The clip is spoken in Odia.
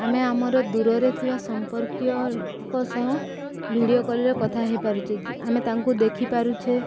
ଆମେ ଆମର ଦୂରରେ ଥିବା ସମ୍ପର୍କୀୟଙ୍କ ସହ ଭିଡ଼ିଓ କଲ୍ରେ କଥା ହେଇପାରୁଛେ ଆମେ ତାଙ୍କୁ ଦେଖିପାରୁଛେ